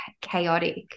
chaotic